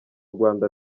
rwanda